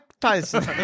Tyson